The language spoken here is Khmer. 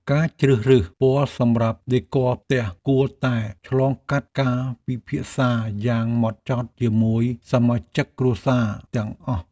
ការជ្រើសរើសពណ៌សម្រាប់ដេគ័រផ្ទះគួរតែឆ្លងកាត់ការពិភាក្សាយ៉ាងម៉ត់ចត់ជាមួយសមាជិកគ្រួសារទាំងអស់។